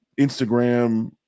Instagram